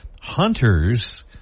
hunters